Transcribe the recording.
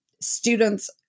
students